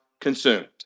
consumed